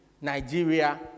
Nigeria